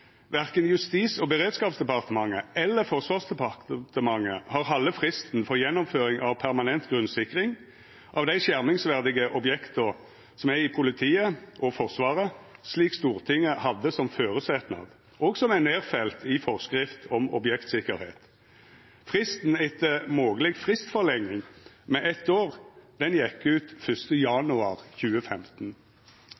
verken Justis- og beredskapsdepartementet eller Forsvarsdepartementet har halde fristen for gjennomføring av permanent grunnsikring av dei skjermingsverdige objekta i politiet og Forsvaret, slik Stortinget hadde som føresetnad, og som er nedfelt i forskrifta om objektsikkerheit. Fristen etter mogleg fristforlenging med eitt år gjekk ut